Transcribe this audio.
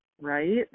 right